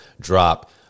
drop